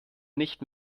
nicht